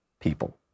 people